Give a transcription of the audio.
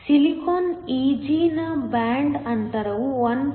ಸಿಲಿಕಾನ್Eg ನ ಬ್ಯಾಂಡ್ ಅಂತರವು 1